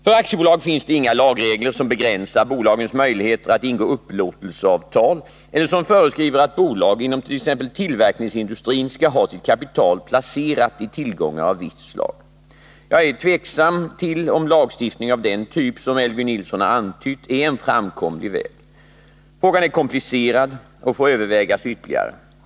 För aktiebolag finns det inga lagregler som begränsar bolagens möjligheter att ingå upplåtelseavtal eller som föreskriver att bolag inom t.ex. tillverkningsindustrin skall ha sitt kapital placerat i tillgångar av visst slag. Jag är tveksam till om lagstiftning av den typ som Elvy Nilsson har antytt är en framkomlig väg. Frågan är komplicerad och får övervägas ytterligare.